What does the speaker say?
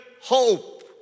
hope